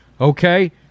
okay